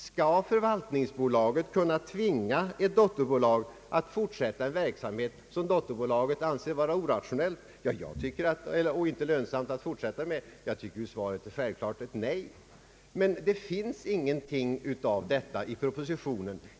Skall förvaltningsbolaget kunna tvinga ett dotterbolag att fortsätta en verksamhet som dotterbolaget anser vara Oorationell och icke lönsam? Jag tycker att svaret självklart är nej, men det finns ingenting om det ta i propositionen.